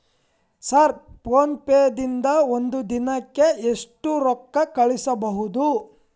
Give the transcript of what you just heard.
Sir PhonePe ದಿಂದ ಒಂದು ದಿನಕ್ಕೆ ಎಷ್ಟು ರೊಕ್ಕಾ ಕಳಿಸಬಹುದು?